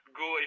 go